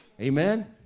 Amen